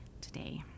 today